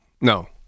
no